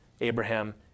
Abraham